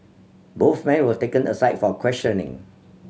both men were taken aside for questioning